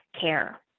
care